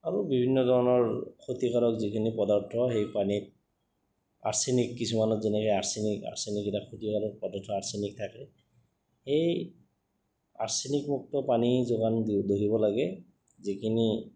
আৰু বিভিন্ন ধৰণৰ ক্ষতিকাৰক যিখিনি পদাৰ্থ সেই পানীত আৰ্চেনিক কিছুমানত যেনেকৈ আচনিক ক্ষতিকাৰক পদাৰ্থ আৰ্চেনিক থাকে সেই আৰ্চেনিক মুক্ত পানী যোগান ধৰিব লাগে যিখিনি